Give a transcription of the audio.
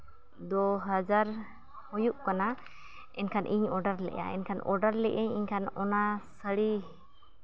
ᱫᱩ ᱦᱟᱡᱟᱨ ᱦᱩᱭᱩᱜ ᱠᱟᱱᱟ ᱮᱱᱠᱷᱟᱱ ᱤᱧ ᱚᱰᱟᱨ ᱞᱮᱜᱼᱟ ᱮᱱᱠᱷᱟᱱ ᱚᱰᱟᱨ ᱞᱮᱜ ᱟᱹᱧ ᱮᱱᱠᱷᱟᱱ ᱥᱟᱹᱲᱤ